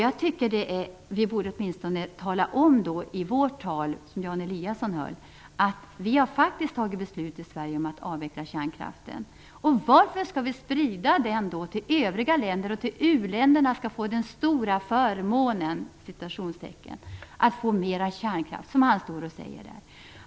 Jag tycker att vi åtminstone i vårt tal, som Jan Eliasson höll, borde ha talat om att vi faktiskt har fattat beslut i Sverige om att avveckla kärnkraften. Varför skall vi då sprida den till övriga länder? U länderna skall få den stora "förmånen" att få mera kärnkraft, sade Hans Blix.